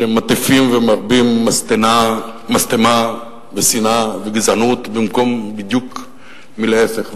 שמטיפים ומביעים משטמה ושנאה וגזענות במקום בדיוק להיפך.